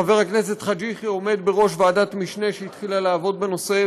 חבר הכנסת חאג' יחיא עומד בראש ועדת משנה שהתחילה לעבוד בנושא,